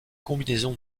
combinaisons